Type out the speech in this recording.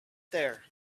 there